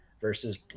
versus